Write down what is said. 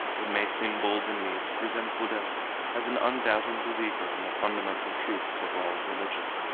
it may seem bold in me to present buddha as an undoubting believer in the fundamental truths of all religion,